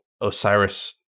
Osiris